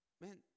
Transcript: Man